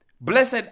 Blessed